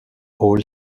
all